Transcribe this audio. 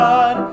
God